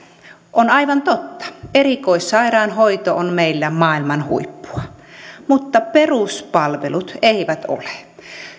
on aivan totta että erikoissairaanhoito on meillä maailman huippua mutta peruspalvelut eivät ole